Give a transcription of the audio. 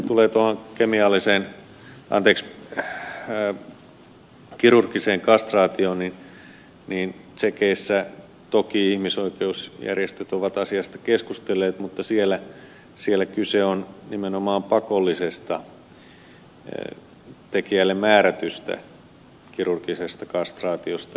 mitä sitten tulee tuohon kirurgiseen kastraatioon niin tsekissä toki ihmisoikeusjärjestöt ovat asiasta keskustelleet mutta siellä kyse on nimenomaan pakollisesta tekijälle määrätystä kirurgisesta kastraatiosta